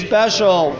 Special